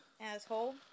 Asshole